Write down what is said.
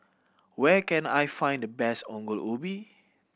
where can I find the best Ongol Ubi